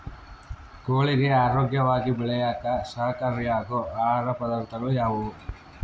ಕೋಳಿಗೆ ಆರೋಗ್ಯವಾಗಿ ಬೆಳೆಯಾಕ ಸಹಕಾರಿಯಾಗೋ ಆಹಾರ ಪದಾರ್ಥಗಳು ಯಾವುವು?